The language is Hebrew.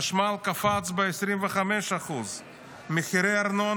החשמל קפץ ב-25%; מחירי הארנונה,